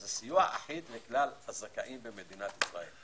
זה סיוע אחיד לכלל הזכאים במדינת ישראל,